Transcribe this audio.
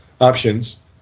options